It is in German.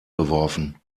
geworfen